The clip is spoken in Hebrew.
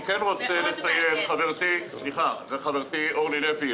חברתי אורלי לוי,